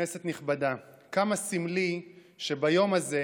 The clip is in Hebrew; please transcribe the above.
כנסת נכבדה, כמה סמלי שביום הזה,